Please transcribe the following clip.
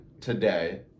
today